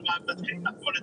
אנחנו נתחיל עם זה,